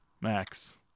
Max